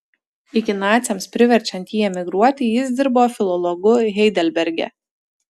iki naciams priverčiant jį emigruoti jis dirbo filologu heidelberge